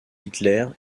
hitler